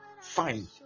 Fine